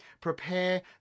prepare